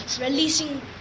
releasing